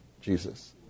Jesus